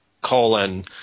colon